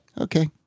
okay